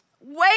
wait